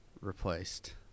replaced